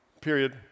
Period